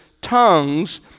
tongues